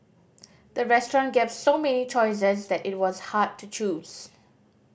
the restaurant gave so many choices that it was hard to choose